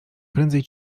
prędzej